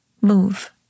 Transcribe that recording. move